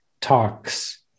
talks